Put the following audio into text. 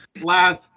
last